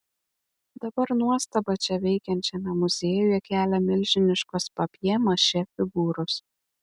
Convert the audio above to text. dabar nuostabą čia veikiančiame muziejuje kelia milžiniškos papjė mašė figūros